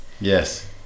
yes